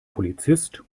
polizist